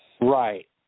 right